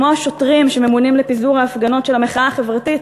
כמו השוטרים שממונים על פיזור ההפגנות של המחאה החברתית,